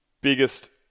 biggest